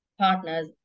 partners